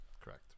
correct